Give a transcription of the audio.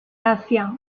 asia